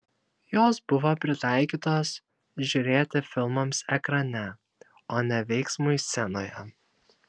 jos buvo pritaikytos žiūrėti filmams ekrane o ne veiksmui scenoje